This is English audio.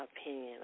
Opinion